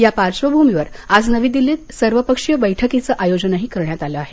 या पार्श्वभूमीवर आज नवी दिल्लीत सर्व पक्षीय बैठकीचं आयोजनही करण्यात आलं आहे